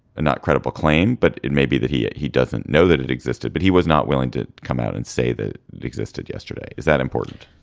and not credible claim, but it may be that he he doesn't know that it existed, but he was not willing to come out and say that it existed yesterday. is that important?